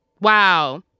Wow